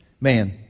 man